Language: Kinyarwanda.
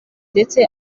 ndetse